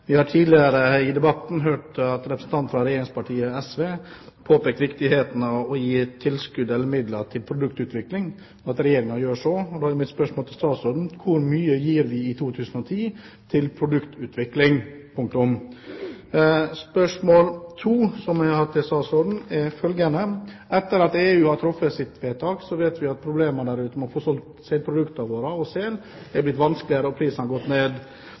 vi tidligere i debatten har hørt representanten fra regjeringspartiet SV påpeke viktigheten av å gi tilskudd eller midler til produktutvikling, og at Regjeringen gjør det. Da er mitt spørsmål til statsråden: Hvor mye gir vi i 2010 til produktutvikling? Spørsmål 2 til statsråden dreier seg om at vi vet at problemene med å få solgt selprodukter er blitt større etter at EU har truffet sitt vedtak, og at prisene har gått ned.